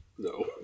No